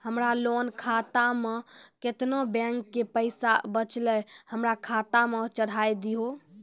हमरा लोन खाता मे केतना बैंक के पैसा बचलै हमरा खाता मे चढ़ाय दिहो?